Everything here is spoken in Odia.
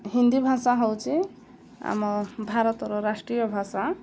ହିନ୍ଦୀ ଭାଷା ହେଉଛି ଆମ ଭାରତର ରାଷ୍ଟ୍ରୀୟ ଭାଷା